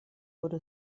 wurde